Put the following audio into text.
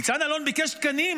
ניצן אלון ביקש תקנים,